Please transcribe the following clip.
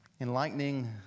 enlightening